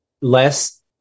less